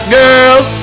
girls